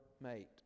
mate